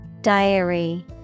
Diary